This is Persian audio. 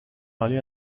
حالی